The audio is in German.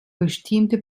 bestimmte